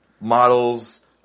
models